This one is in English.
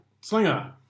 Slinger